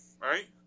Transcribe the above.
right